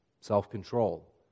self-control